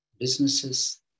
businesses